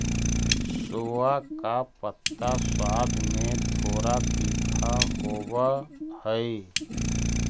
सोआ का पत्ता स्वाद में थोड़ा तीखा होवअ हई